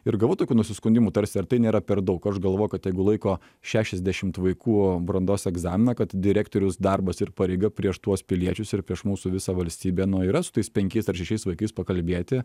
ir gavau tokių nusiskundimų tarsi ar tai nėra per daug aš galvoju kad jeigu laiko šešiasdešimt vaikų brandos egzaminą kad direktoriaus darbas ir pareiga prieš tuos piliečius ir prieš mūsų visą valstybę nu yra su tais penkiais ar šešiais vaikais pakalbėti